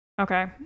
Okay